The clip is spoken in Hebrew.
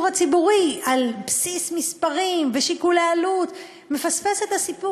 הציבורי על בסיס מספרים ושיקולי עלות מפספסת את הסיפור.